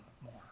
more